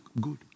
good